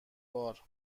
بار